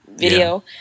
video